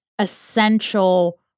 essential